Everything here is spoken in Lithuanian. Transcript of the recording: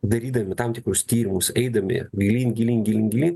darydami tam tikrus tyrimus eidami gilyn gilyn gilyn gilyn